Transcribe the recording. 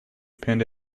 pinned